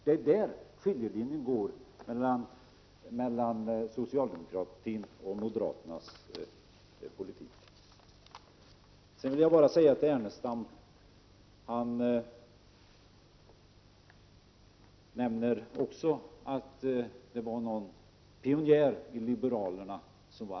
Det är där skiljelinjen går mellan socialdemokratin och moderaternas politik. Lars Ernestam nämner att det bland liberalerna fanns pionjärer på arbetsmiljöns område.